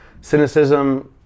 cynicism